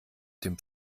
dem